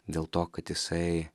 dėl to kad jisai